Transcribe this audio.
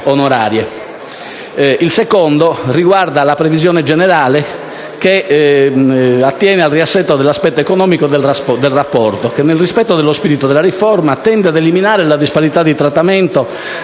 emendamento riguarda la previsione generale e attiene al riassetto dell'aspetto economico del rapporto e, nel rispetto dello spirito della riforma, tende ad eliminare la disparità di trattamento